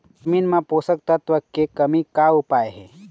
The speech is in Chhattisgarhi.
जमीन म पोषकतत्व के कमी का उपाय हे?